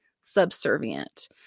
subservient